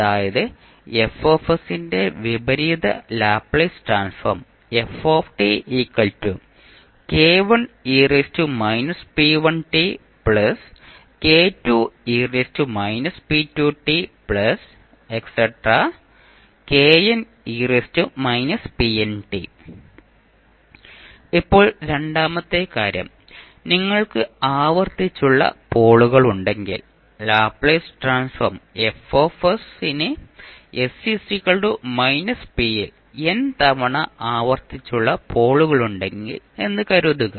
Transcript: അതായത് F ന്റെ വിപരീത ലാപ്ലേസ് ട്രാൻസ്ഫോം ഇപ്പോൾ രണ്ടാമത്തെ കാര്യം നിങ്ങൾക്ക് ആവർത്തിച്ചുള്ള പോളുകളുണ്ടെങ്കിൽ ലാപ്ലേസ് ട്രാൻസ്ഫോം F ന് s p ൽ n തവണ ആവർത്തിച്ചുള്ള പോളുകളുണ്ടെങ്കിൽ എന്ന് കരുതുക